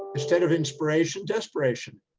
instead of inspiration, desperation,